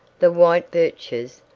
the white birches,